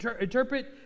interpret